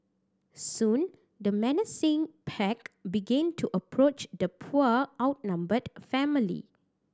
soon the menacing pack began to approach the poor outnumbered family